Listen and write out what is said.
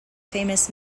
famous